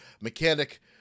mechanic